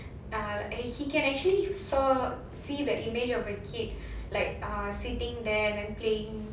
ah he can actually saw see the image of a kid like ah sitting there and playing